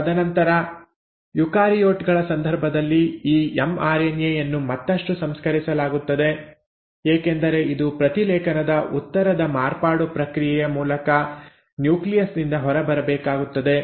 ತದನಂತರ ಯುಕಾರಿಯೋಟ್ ಗಳ ಸಂದರ್ಭದಲ್ಲಿ ಈ ಎಂಆರ್ಎನ್ಎ ಯನ್ನು ಮತ್ತಷ್ಟು ಸಂಸ್ಕರಿಸಲಾಗುತ್ತದೆ ಏಕೆಂದರೆ ಇದು ಪ್ರತಿಲೇಖನದ ಉತ್ತರದ ಮಾರ್ಪಾಡು ಪ್ರಕ್ರಿಯೆಯ ಮೂಲಕ ನ್ಯೂಕ್ಲಿಯಸ್ ನಿಂದ ಹೊರಬರಬೇಕಾಗುತ್ತದೆ